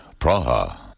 Praha